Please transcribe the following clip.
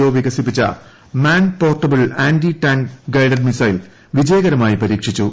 O വികസിപ്പിച്ച man portable anti tank guided missile വിജയകരമായി പരീക്ഷിച്ചു